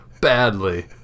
badly